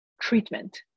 treatment